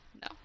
No